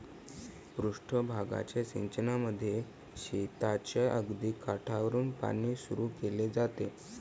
पृष्ठ भागाच्या सिंचनामध्ये शेताच्या अगदी काठावरुन पाणी सुरू केले जाते